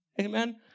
Amen